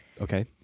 okay